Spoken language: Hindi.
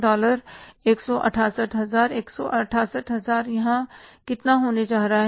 डॉलर 168 हज़ार 168 हज़ार यहाँ कितना होने जा रहा है